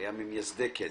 היה ממייסדי "קדמה"